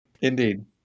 Indeed